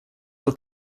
were